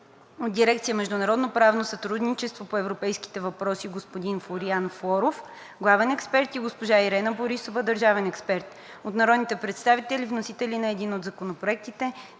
от дирекция „Международно правно сътрудничество по европейски въпроси“ – господин Флориан Флоров – главен експерт, и госпожа Ирена Борисова – държавен експерт; от народните представители, вносители на един от законопроектите: